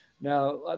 Now